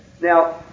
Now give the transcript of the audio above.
Now